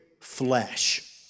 flesh